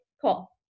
Cool